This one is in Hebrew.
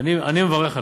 ואני מברך עליו.